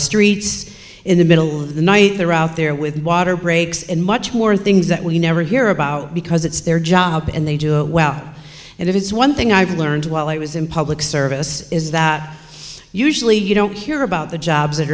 streets in the middle of the night they're out there with water breaks and much more things that we never hear about because it's their job and they do it well and it's one thing i've learned while i was in public service is that usually you don't hear about the jobs that